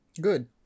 Good